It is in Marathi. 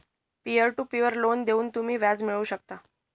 पीअर टू पीअर लोन देऊन तुम्ही व्याज मिळवू शकता